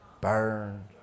burned